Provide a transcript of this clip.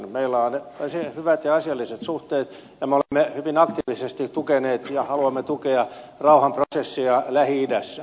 meillä on varsin hyvät ja asialliset suhteet ja me olemme hyvin aktiivisesti tukeneet ja haluamme tukea rauhanprosessia lähi idässä